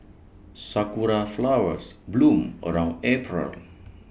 Sakura Flowers bloom around April